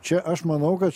čia aš manau kad